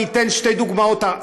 אני אתן שתי דוגמאות,